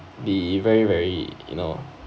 be very very you know